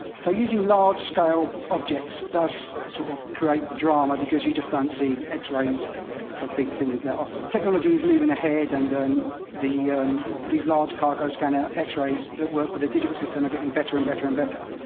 so, using large-scale objects does sort of create drama because you just don't see x-rays of big things that often. technology is moving ahead, and um these large cargo scanner x-rays that work with the digital system are getting better and better and better.